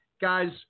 guys